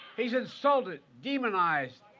he has insulted, demonized,